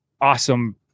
awesome